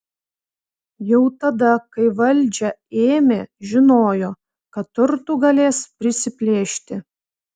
jau tada kai valdžią ėmė žinojo kad turtų galės prisiplėšti